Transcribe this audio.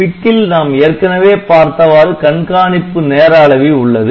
PIC ல் நாம் ஏற்கனவே பார்த்தவாறு கண்காணிப்பு நேர அளவி உள்ளது